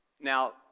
Now